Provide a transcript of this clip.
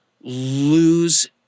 lose